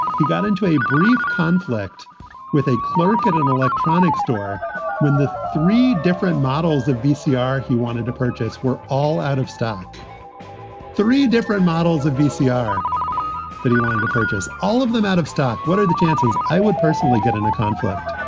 he got into a brief conflict with a clerck at an electronics store when the three different models of bcr he wanted to purchase were all out-of-stock three different models of vcr that he wanted to purchase, all of them out-of-stock. what are the chances i would personally get in a conflict